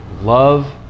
love